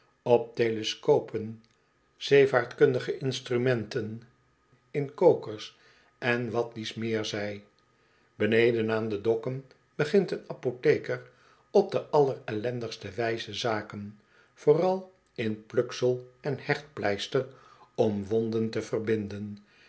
op telescopen zeevaartkundige instrumenten in kokers en wat dies meer zij beneden aan de dokken begint een apotheker op de allerellendigste wijze zaken vooral in pluksel en hechtpleister om wonden te verbinden